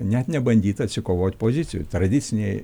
net nebandyta atsikovoti pozicijų tradicinėj